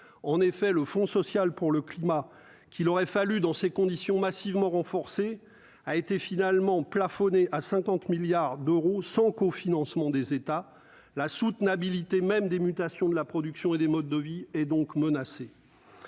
en effet, le Fonds social pour le climat qu'il aurait fallu dans ces conditions, massivement renforcé a été finalement plafonné à 50 milliards d'euros 100 co-financement des États la soutenabilité même des mutations de la production et des modes de vie et donc menacée.